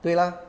对啦